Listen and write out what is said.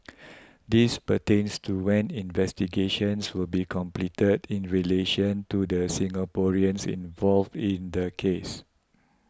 this pertains to when investigations will be completed in relation to the Singaporeans involved in the case